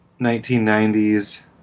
1990s